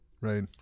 right